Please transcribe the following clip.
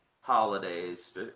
holidays